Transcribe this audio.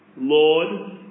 Lord